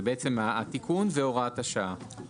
זה התיקון והוראת השעה.